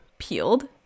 peeled